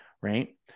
right